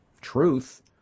truth